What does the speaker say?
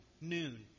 noon